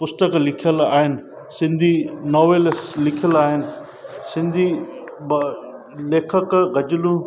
पुस्तक लिखियल आहिनि सिंधी नॉविल लिखियल आहिनि सिंधी लेखक गज़लूं